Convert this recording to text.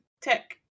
tech